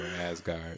Asgard